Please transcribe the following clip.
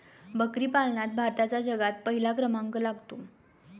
बकरी पालनात भारताचा जगात पहिला क्रमांक लागतो